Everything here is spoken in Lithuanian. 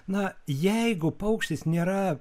na jeigu paukštis nėra